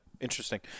Interesting